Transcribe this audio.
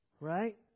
Right